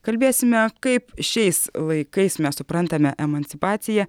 kalbėsime kaip šiais laikais mes suprantame emancipaciją